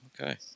Okay